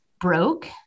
broke